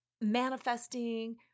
manifesting